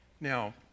Now